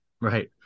Right